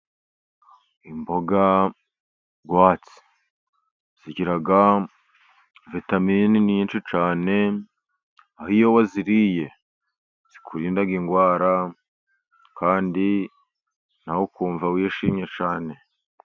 Imboga rwatsi. Zigira vitamini nyinshi cyane, iyo waziriye zikurinda indwara, kandi nawe ukumva wishimye cyane.